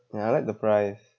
ya I like the prize